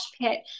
pit